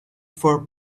for